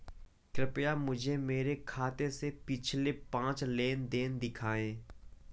कृपया मुझे मेरे खाते से पिछले पांच लेन देन दिखाएं